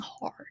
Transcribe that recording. hard